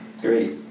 Great